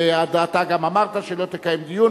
ואתה גם אמרת שלא תקיים דיון,